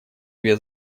две